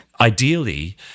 ideally